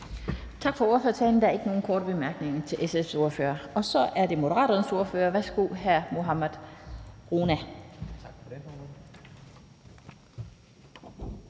Tak for ordførertalen. Der er ikke nogen korte bemærkninger til SF's ordfører. Så er det Moderaternes ordfører. Værsgo til hr. Mohammad Rona.